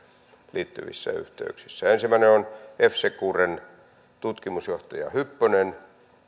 liittyvissä yhteyksissä ensimmäinen on f securen tutkimusjohtaja hyppönen